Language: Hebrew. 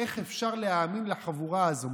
איך אפשר להאמין לחבורה הזאת?